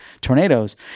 tornadoes